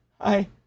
hi